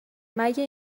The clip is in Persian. مگه